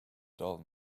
dull